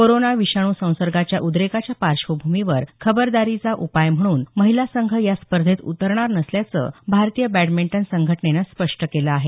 corona विषाणू संसर्गाच्या उद्रेकाच्या पार्श्वभूमीवर खबरदारीचा उपाय म्हणून महिला संघ या स्पर्धेत उतरणार नसल्याचं भारतीय बॅडमिंटन संघटनेनं स्पष्ट केलं आहे